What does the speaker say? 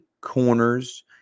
corners